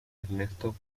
ernesto